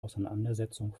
auseinandersetzung